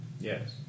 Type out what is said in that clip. Yes